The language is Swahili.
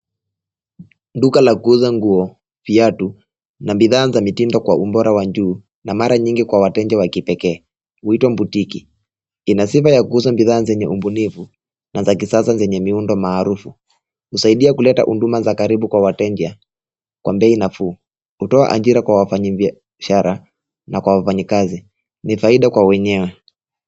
Duka la kuuza nguo, viatu na bidhaa za mitindo kwa ubora wa juu, na mara nyingi kwa wateja wa kipekee. Huitwa boutique .Ina sifa ya kuuza bidhaa zenye ubunifu, na za kisasa zenye miundo maarufu. Husaidia kuleta huduma za karibu kwa wateja, kwa bei nafuu. Hutoa ajira kwa wafanyibiashara na kwa wafanyikazi. Ni faida kwa wenyewe.